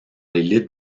l’élite